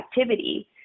activity